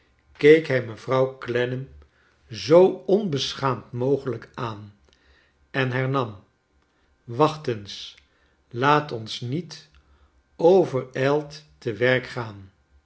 keek hij mevrouw clennam zco onbeschaamd mogelijk aan en hernam wacht eens laat ons niet overijld te werk gaan